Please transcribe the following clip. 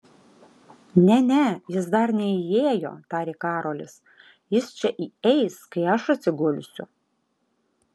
ne ne jis dar neįėjo tarė karolis jis čia įeis kai aš atsigulsiu